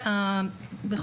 הדברים?